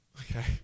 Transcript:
Okay